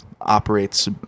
operates